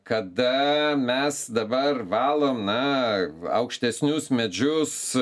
kada mes dabar valom na aukštesnius medžius